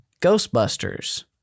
Ghostbusters